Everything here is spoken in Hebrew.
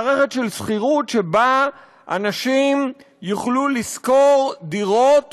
מערכת של שכירות שבה אנשים יוכלו לשכור דירות